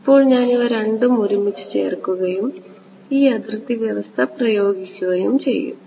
ഇപ്പോൾ ഞാൻ ഇവ രണ്ടും ഒരുമിച്ച് ചേർക്കുകയും ഈ അതിർത്തി വ്യവസ്ഥ പ്രയോഗിക്കുകയും ചെയ്യും